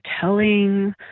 telling